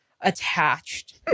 attached